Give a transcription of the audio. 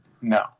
no